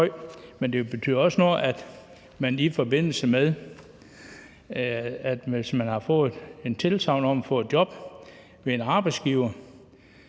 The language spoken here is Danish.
Men det betyder også noget, at man, i forbindelse med at man har fået et tilsagn om at få et job hos en arbejdsgiver,